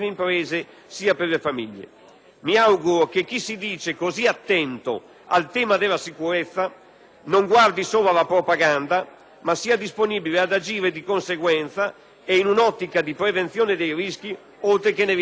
Mi auguro che chi si dice così attento al tema della sicurezza non guardi solo alla propaganda, ma sia disponibile ad agire di conseguenza e in un'ottica di prevenzione dei rischi, oltre che nell'interesse dell'erario.